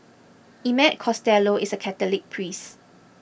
Emmett Costello is a Catholic priest